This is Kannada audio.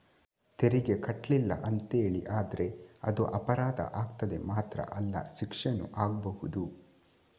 ತೆರಿಗೆ ಕಟ್ಲಿಲ್ಲ ಅಂತೇಳಿ ಆದ್ರೆ ಅದು ಅಪರಾಧ ಆಗ್ತದೆ ಮಾತ್ರ ಅಲ್ಲ ಶಿಕ್ಷೆನೂ ಆಗ್ಬಹುದು